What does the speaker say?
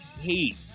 hate